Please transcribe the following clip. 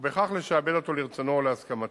ובכך לשעבד אותו לרצונו או להסכמתו.